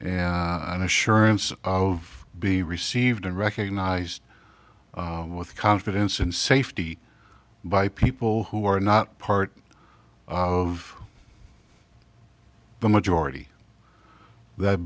assurance of be received and recognized with confidence and safety by people who are not part of the majority that